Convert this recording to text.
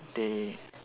they